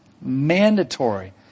Mandatory